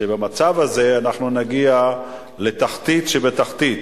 שבמצב הזה אנחנו נגיע לתחתית שבתחתית.